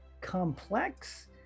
complex